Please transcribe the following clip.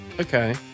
Okay